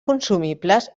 consumibles